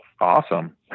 awesome